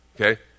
Okay